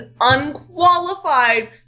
unqualified